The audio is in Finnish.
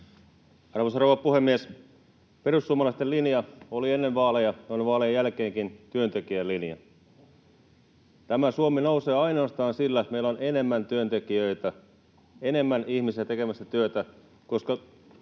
Arvoisa rouva puhemies! Perussuomalaisten linja oli ennen vaaleja ja on vaalien jälkeenkin työntekijän linja. Suomi nousee ainoastaan sillä, että meillä on enemmän työntekijöitä, enemmän ihmisiä tekemässä työtä, koska